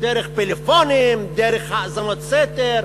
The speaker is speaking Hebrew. דרך פלאפונים, דרך האזנות סתר,